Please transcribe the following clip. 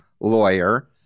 lawyer